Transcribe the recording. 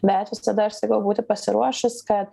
bet visada aš sakau būti pasiruošus kad